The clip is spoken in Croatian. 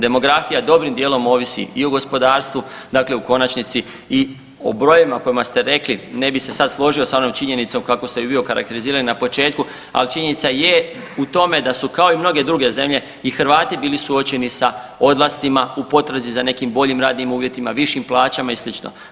Demografija dobrim dijelom ovisi i o gospodarstvu, dakle u konačnici i o brojevima o kojima ste rekli ne bi se sad složio s onom činjenicom kako ste ju vi okarakterizirali na početku, ali činjenica je u tome da su kao i mnoge druge zemlje i Hrvati bili suočeni sa odlascima u potrazi za nekim boljim radnim uvjetima, višim plaćama i sl.